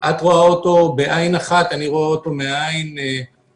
את רואה אותו בעין אחת ואני רואה אותו מן העין שלי,